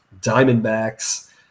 diamondbacks